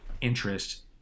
interest